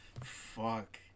Fuck